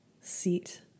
seat